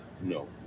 No